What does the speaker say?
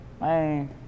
man